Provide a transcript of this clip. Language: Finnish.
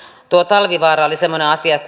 tuo talvivaara oli semmoinen asia